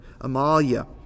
Amalia